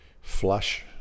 flush